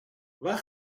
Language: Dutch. waar